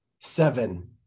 Seven